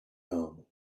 home